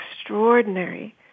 extraordinary